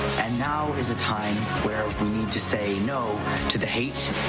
and now is a time where we need to say no to the hate,